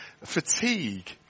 fatigue